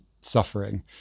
suffering